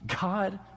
God